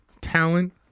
Talent